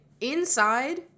Inside